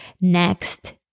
next